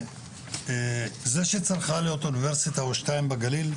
וזה שצריכה להיות אוניברסיטה או שתיים בגליל,